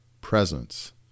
presence